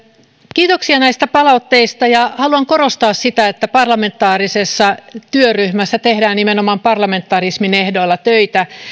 kiitoksia näistä palautteista haluan korostaa sitä että parlamentaarisessa työryhmässä tehdään nimenomaan parlamentarismin ehdoilla töitä